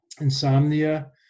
insomnia